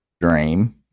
dream